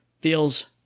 Feels